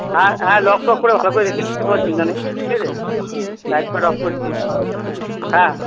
আর হ্যাঁ লক টক করে ভালো করে রেখে দিচ্ছি কোনো চিন্তা নেই ঠিক আছে অফ করছি হ্যাঁ